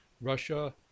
Russia